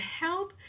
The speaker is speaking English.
help